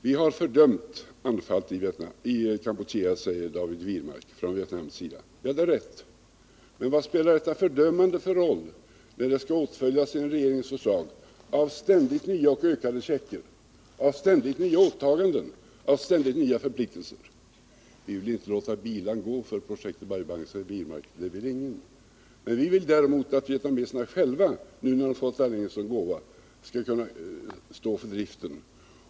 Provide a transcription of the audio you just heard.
Vi har fördömt Vietnams anfall på Kampuchea, säger David Wirmark. Det är riktigt. Men vad spelar detta fördömande för roll, när det enligt regeringens förslag skall åtföljas av ständigt nya och större checker, ständigt nya åtaganden och ständigt nya förpliktelser. Vi vill inte låta bilan gå för projektet Bai Bang säger David Wirmark. Nej, det vill ingen. Men vi vill däremot att vietnameserna själva, nu när de har fått en sådan gåva, skall kunna stå för driften.